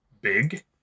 big